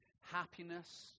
happiness